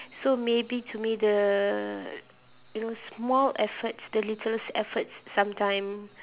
so maybe to me the you know small efforts the littlest efforts sometimes